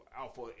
alpha